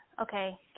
okay